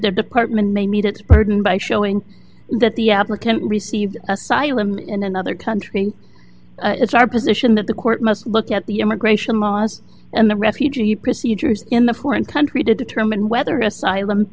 department may meet its burden by showing that the applicant received asylum in another country and it's our position that the court must look at the immigration laws and the refugee procedures in the foreign country to determine whether